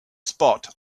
spot